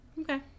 Okay